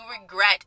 regret